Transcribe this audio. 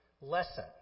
Lesson